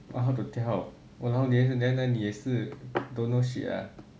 what how to tell !walao! 原来你也是 don't know shit ah